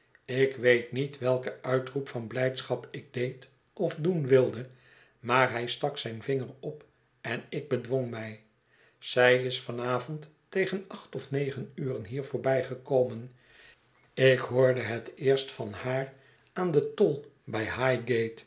ik weet niet welken uitroep van blijdschap ik deed of doen wilde maar hij stak zijn vinger op en ik bedwong mij zij is van avond tegen acht of negen uren hier voorbijgekomen ik hoorde het eerst van haar aan den tol bij